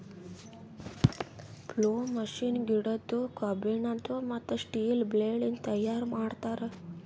plough machine ಗಿಡದ್ದು, ಕಬ್ಬಿಣದು, ಮತ್ತ್ ಸ್ಟೀಲ ಬ್ಲೇಡ್ ಇಂದ ತೈಯಾರ್ ಮಾಡ್ತರ್